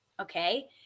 Okay